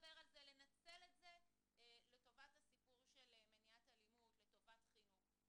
לנצל את זה לטובת מניעת אלימות, לטובת חינוך.